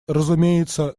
разумеется